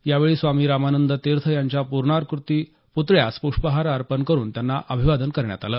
यावेळी स्वामी रामानंद तीर्थ यांच्या पूर्णाकृती पुतळ्यास पुष्पहार अर्पण करून त्यांना अभिवादन करण्यात आलं